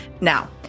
Now